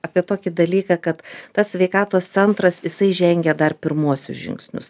apie tokį dalyką kad tas sveikatos centras jisai žengia dar pirmuosius žingsnius